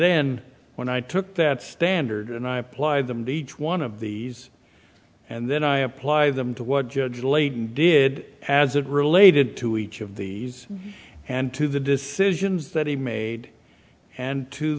then when i took that standard and i apply them to each one of these and then i apply them to what judge laden did as it related to each of these and to the decisions that he made and to